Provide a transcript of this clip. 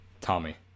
Tommy